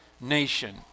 nation